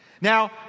Now